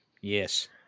Yes